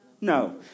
No